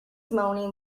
moaning